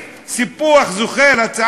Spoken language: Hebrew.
בטענה שזה יפחית את הפיגועים,